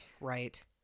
Right